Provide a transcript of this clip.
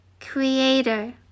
Creator